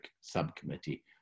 subcommittee